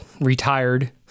retired